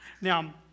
Now